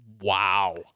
Wow